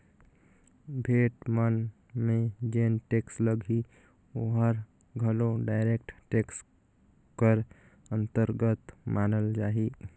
भेंट मन में जेन टेक्स लगही ओहर घलो डायरेक्ट टेक्स कर अंतरगत मानल जाही